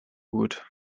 gut